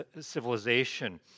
civilization